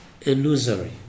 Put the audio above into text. illusory